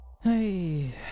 hey